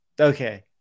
Okay